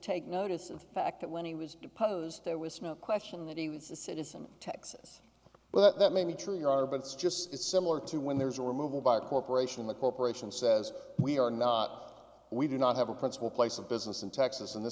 take notice of fact that when he was deposed there was smoke question that he was a citizen of texas but that may be true you are but it's just it's similar to when there's a removal by a corporation the corporation says we are not we do not have a principal place of business in texas and th